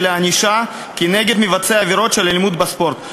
הענישה כנגד מבצעי עבירות של אלימות בספורט.